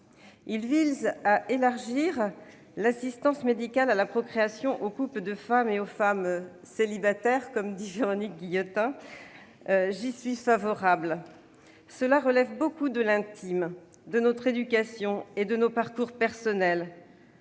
Il vise à élargir l'assistance médicale à la procréation aux couples de femmes et aux femmes célibataires, comme dit Véronique Guillotin. J'y suis favorable. Cela relève beaucoup de l'intime, de notre éducation et de nos parcours personnels